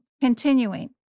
Continuing